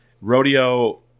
rodeo